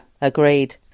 agreed